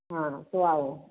हाँ तो आओ